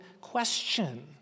question